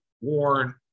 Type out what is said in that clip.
warn